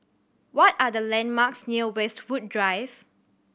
what are the landmarks near Westwood Drive